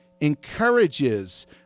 encourages